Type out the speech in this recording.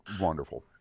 wonderful